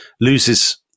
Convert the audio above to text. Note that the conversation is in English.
loses